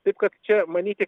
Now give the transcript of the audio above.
taip kad čia manyti